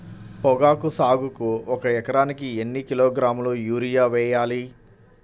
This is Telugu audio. పొగాకు సాగుకు ఒక ఎకరానికి ఎన్ని కిలోగ్రాముల యూరియా వేయాలి?